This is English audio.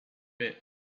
bit